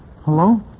Hello